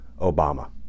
Obama